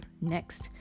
next